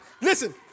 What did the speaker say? listen